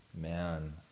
Man